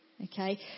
Okay